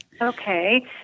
Okay